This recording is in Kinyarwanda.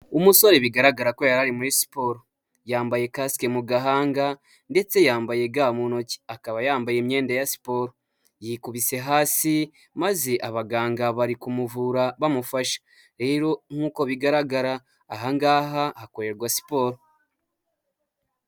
Umusore bigaragara ko yari muri siporo yambaye kasike mu gahanga ndetse yambaye ga mu ntoki akaba yambaye imyenda ya siporo yikubise hasi maze abaganga bari kumuvura bamufashe, rero nk'uko bigaragara ahangaha hakorerwa siporo.